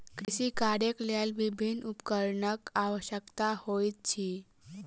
कृषि कार्यक लेल विभिन्न उपकरणक आवश्यकता होइत अछि